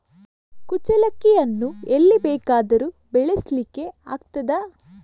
ಕುಚ್ಚಲಕ್ಕಿಯನ್ನು ಎಲ್ಲಿ ಬೇಕಾದರೂ ಬೆಳೆಸ್ಲಿಕ್ಕೆ ಆಗ್ತದ?